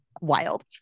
Wild